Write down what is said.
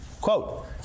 Quote